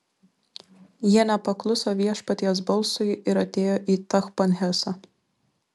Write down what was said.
jie nepakluso viešpaties balsui ir atėjo į tachpanhesą